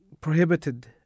prohibited